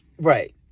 Right